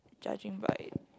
judging by